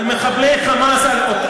על מחבלי "חמאס"?